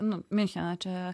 nu miuncheno čia